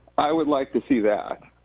i would like to see that.